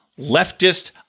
leftist